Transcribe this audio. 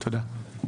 תודה.